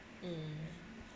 mm